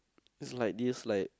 it was like this like